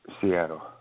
Seattle